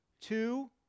two